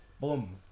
Boom